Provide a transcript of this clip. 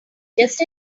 just